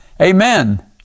Amen